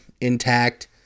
intact